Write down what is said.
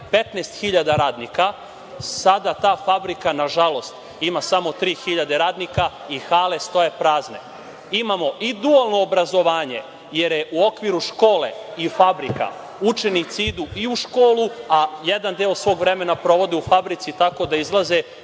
hiljada radnika. Sada ta fabrika nažalost ima samo 3.000 radnika i hale stoje prazne. Imamo i dualno obrazovanje, jer je u okviru škole i fabrika, učenici idu i u školu, a jedan deo svog vremena provode u fabrici, tako da izlaze